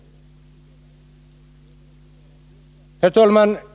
Herr talman!